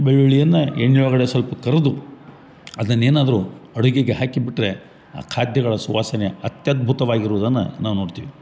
ಬೆಳ್ಳುಳ್ಳಿಯನ್ನ ಎಣ್ಣೆ ಒಳಗಡೆ ಸ್ವಲ್ಪ ಕರ್ದು ಅದನ್ನೇನಾದರು ಅಡುಗೆಗೆ ಹಾಕಿಬಿಟ್ಟರೆ ಆ ಖಾದ್ಯಗಳ ಸುವಾಸನೆ ಅತ್ಯದ್ಭುತವಾಗಿರುವುದನ್ನ ನಾವು ನೋಡ್ತೀವಿ